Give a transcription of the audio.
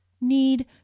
need